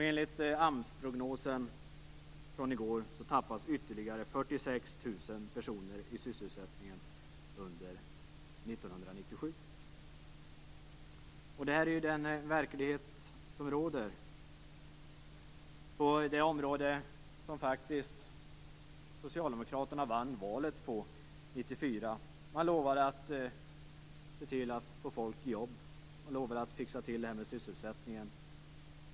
Enligt AMS prognosen från i går kommer ytterligare 46 000 personer att tappas sysselsättningsmässigt under 1997. Detta är den verklighet som råder på det område som socialdemokraterna faktiskt vann valet på 1994. Man lovade att se till att få folk i jobb och att fixa till sysselsättningen.